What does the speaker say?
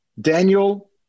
Daniel